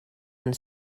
and